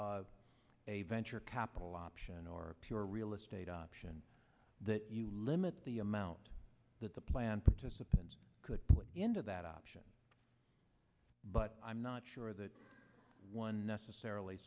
a venture capital option or a pure real estate option that you limit the amount that the plan participants could put into that option but i'm not sure that one